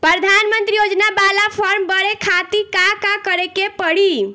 प्रधानमंत्री योजना बाला फर्म बड़े खाति का का करे के पड़ी?